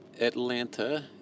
Atlanta